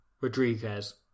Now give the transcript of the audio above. Rodriguez